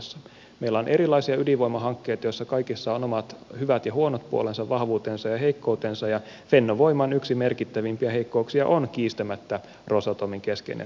meillä on erilaisia ydinvoimahankkeita joissa kaikissa on omat hyvät ja huonot puolensa vahvuutensa ja heikkoutensa ja fennovoiman yksi merkittävimpiä heikkouksia on kiistämättä rosatomin keskeinen rooli